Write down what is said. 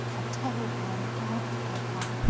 a terrible and heartfelt one.